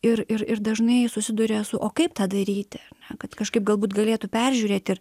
ir ir ir dažnai susiduria su o kaip tą daryti kad kažkaip galbūt galėtų peržiūrėti